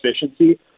efficiency